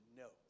no